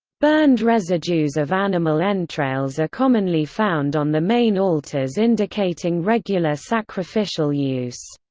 burned residues of animal entrails are commonly found on the main altars indicating regular sacrificial use.